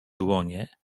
dłonie